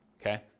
okay